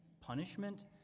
punishment